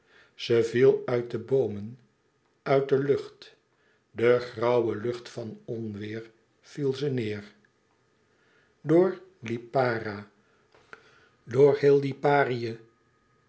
ze viel uit de boomen uit de lucht de grauwe lucht van onweêr viel ze neêr door lipara door heel liparië